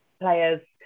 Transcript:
players